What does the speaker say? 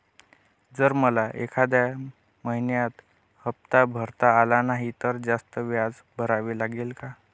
जर मला एखाद्या महिन्यात हफ्ता भरता आला नाही तर जास्त व्याज भरावे लागेल का?